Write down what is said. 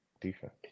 defense